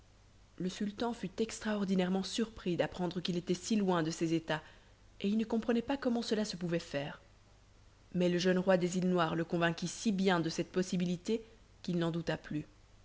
le sultan fut extraordinairement surpris d'apprendre qu'il était si loin de ses états et il ne comprenait pas comment cela se pouvait faire mais le jeune roi des îles noires le convainquit si bien de cette possibilité qu'il n'en douta plus